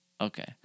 Okay